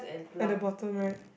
at the bottom right